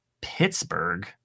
Pittsburgh